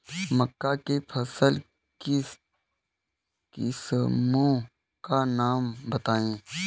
मक्का की फसल की किस्मों का नाम बताइये